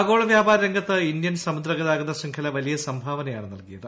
ആഗോള വ്യാപാര രംഗത്ത് ഇന്ത്യൻ സമുദ്രാഗതാഗത ശൃംഖല വലിയ സംഭവനയാണ് നൽകിയത്